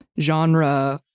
genre